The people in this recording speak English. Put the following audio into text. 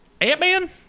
Ant-Man